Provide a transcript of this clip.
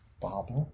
father